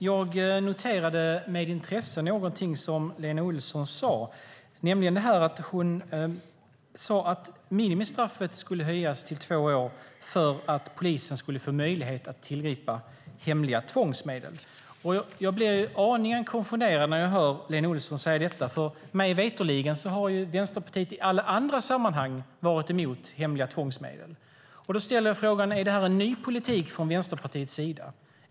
Fru talman! Med intresse noterade jag att Lena Olsson talade om att höja minimistraffet till två års fängelse för att polisen ska få möjlighet att tillgripa hemliga tvångsmedel. Jag blir aningen konfunderad över att Lena Olsson säger detta, för mig veterligt har Vänsterpartiet i alla andra sammanhang varit emot hemliga tvångsmedel. Är det här en ny politik från Vänsterpartiets sida?